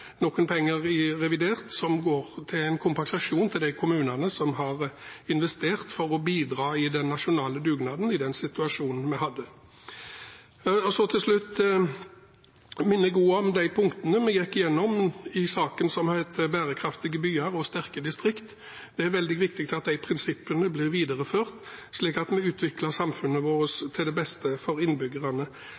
noen penger i revidert som går til kompensasjon til de kommunene som har investert for å bidra i den nasjonale dugnaden i den situasjonen vi hadde. Til slutt minner jeg om de punktene vi gikk igjennom i saken om bærekraftige byer og sterke distrikter. Det er veldig viktig at disse prinsippene blir videreført, slik at vi utvikler samfunnet vårt til det beste for innbyggerne,